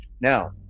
now